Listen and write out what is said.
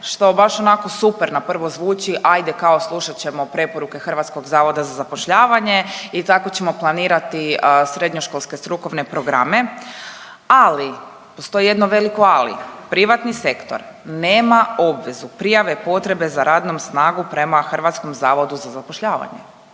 što baš onako super na prvo zvuči hajde kao slušat ćemo preporuke Hrvatskog zavoda za zapošljavanje i tako ćemo planirati srednjoškolske strukovne programe. Ali postoji jedno veliko ali. Privatni sektor nema obvezu prijave potrebe za radnom snagom prema Hrvatskom zavodu za zapošljavanje